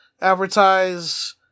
Advertise